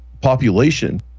population